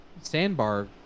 Sandbar